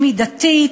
היא מידתית,